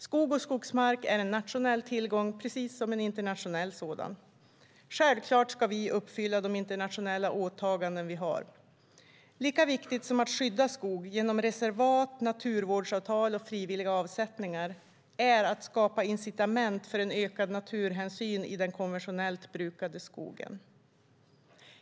Skog och skogsmark är en nationell tillgång precis som en internationell sådan. Självklart ska vi uppfylla våra internationella åtaganden. Lika viktigt som att skydda skog genom reservat, naturvårdsavtal och frivilliga avsättningar är att skapa incitament för en ökad naturhänsyn i den konventionellt brukade skogen.